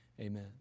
amen